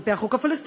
על-פי החוק הפלסטיני,